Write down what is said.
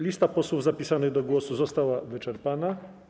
Lista posłów zapisanych do głosu została wyczerpana.